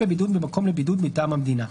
בבידוד במקום לבידוד מטעם המדינה.